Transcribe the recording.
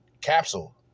Capsule